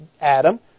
Adam